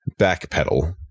backpedal